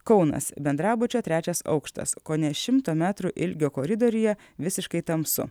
kaunas bendrabučio trečias aukštas kone šimto metrų ilgio koridoriuje visiškai tamsu